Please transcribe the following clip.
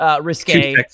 Risque